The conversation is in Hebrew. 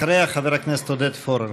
אחריה, חבר הכנסת עודד פורר.